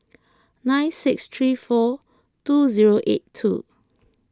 nine six three four two zero eight two